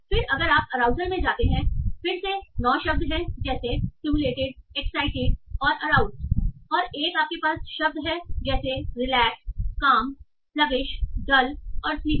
फिर अगर आप अराउजल में जाते हैं फिर से 9 हैं जैसे सिम्युलेटेड एक्साइटेड और अराउज्ड और 1 आपके पास शब्द होंगे जैसे रिलैक्स काम सलगिश डल और स्लिपी